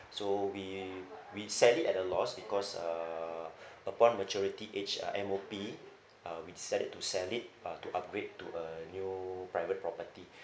so we we sell it at a loss because uh upon maturity age uh M_O_P uh we decided to sell it uh to upgrade to a new private property